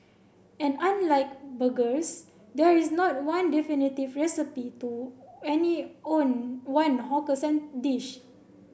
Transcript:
and unlike burgers there is not one definitive recipe to any own one hawker dish